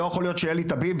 לא יכול להיות שאלי טביב,